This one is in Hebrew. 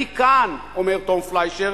אני כאן" אומר תום פליישר,